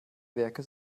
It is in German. werke